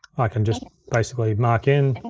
i can just basically mark in,